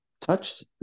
touched